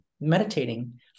meditating